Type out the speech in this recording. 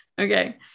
Okay